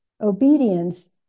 obedience